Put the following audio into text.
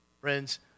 Friends